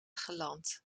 geland